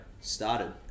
started